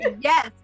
yes